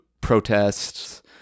protests